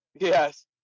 yes